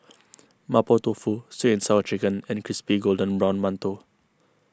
Mapo Tofu Sweet and Sour Chicken and Crispy Golden Brown Mantou